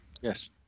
Yes